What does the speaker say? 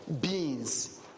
beings